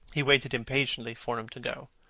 he waited impatiently for him to go.